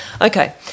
Okay